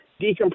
decompress